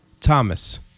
Thomas